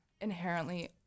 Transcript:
inherently